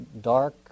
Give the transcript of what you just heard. dark